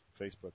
Facebook